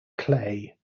clay